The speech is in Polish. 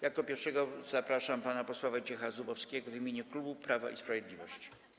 Jako pierwszego zapraszam pana posła Wojciecha Zubowskiego w imieniu klubu Prawo i Sprawiedliwość.